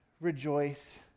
rejoice